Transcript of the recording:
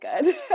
good